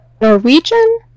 Norwegian